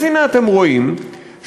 אז הנה אתם רואים שהממשלה,